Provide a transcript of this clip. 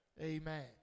Amen